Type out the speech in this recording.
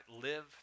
live